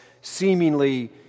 seemingly